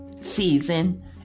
season